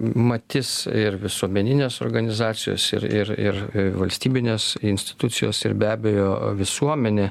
matis ir visuomeninės organizacijos ir ir ir valstybinės institucijos ir be abejo visuomenė